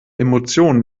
emotionen